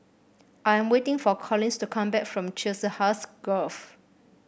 I am waiting for Collins to come back from Chiselhurst Grove